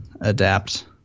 adapt